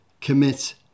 commit